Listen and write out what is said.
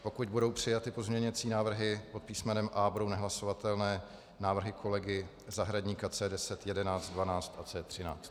Pokud budou přijaty pozměňovací návrhy pod písmenem A, budou nehlasovatelné návrhy kolegy Zahradníka C10, 11, 12 a C13.